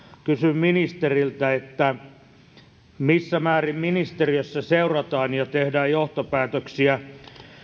kysyn ministeriltä missä määrin ministeriössä seurataan ja tehdään johtopäätöksiä